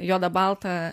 juoda balta